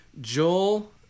Joel